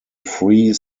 free